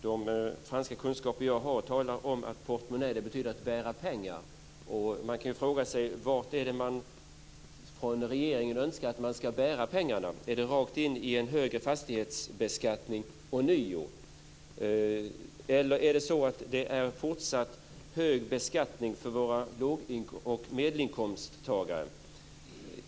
De franskakunskaper jag har talar om att portmonnä betyder "bära pengar". Man kan ju fråga sig vart man från regeringen önskar att pengarna ska bäras. Är det ånyo rakt in i en högre fastighetsbeskattning? Eller är det fråga om fortsatt hög beskattning för våra låg och medelinkomsttagare?